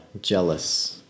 jealous-